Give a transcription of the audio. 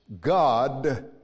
God